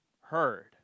heard